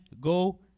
go